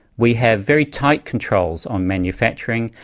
we have very tight controls on manufacturing,